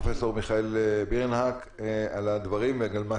פרופסור מיכאל בירנהק על הדברים ועל מה